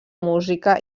música